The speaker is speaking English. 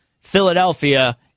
Philadelphia